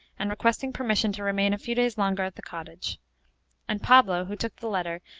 and requesting permission to remain a few days longer at the cottage and pablo, who took the letter,